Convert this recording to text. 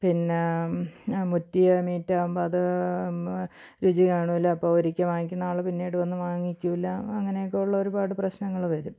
പിന്നാ മുറ്റിയ മീറ്റ് ആകുമ്പോള് അത് രുചി കാണൂല്ല അപ്പോള് ഒരിക്കല് വാങ്ങിക്കുന്ന ആള് പിന്നീട് വന്ന് വാങ്ങിക്കൂല്ല അങ്ങനെയൊക്കെയുള്ള ഒരുപാട് പ്രശ്നങ്ങള് വരും